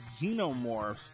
xenomorph